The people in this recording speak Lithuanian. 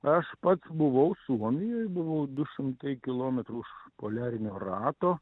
aš pats buvau suomijoj buvau du šimtai kilometrų už poliarinio rato